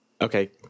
Okay